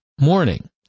morning